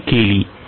मागणी केली